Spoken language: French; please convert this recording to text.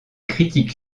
critique